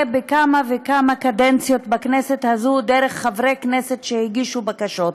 בכמה וכמה קדנציות בכנסת דרך חברי כנסת שהגישו בקשות.